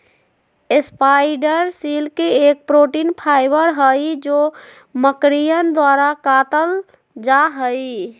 spider silk एक protein fibre हई जो मकड़ियन द्वारा कातल जाहई